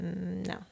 No